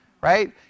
right